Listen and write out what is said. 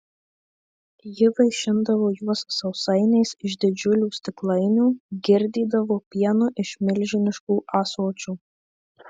ji vaišindavo juos sausainiais iš didžiulių stiklainių girdydavo pienu iš milžiniškų ąsočių